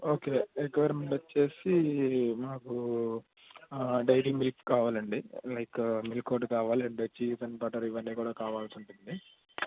okay requirement వచ్చి మాకు daily milk కావాలండి లైక్ మిల్క్ ఒకటి కావాలి అండ్ చీస్ అండ్ బటర్ ఇవన్నీ కూడా కావాల్సి ఉంటుంది